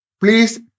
Please